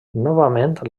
novament